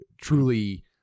truly